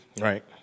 Right